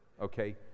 Okay